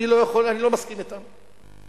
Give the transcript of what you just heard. אני לא מסכים אתם.